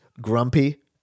grumpy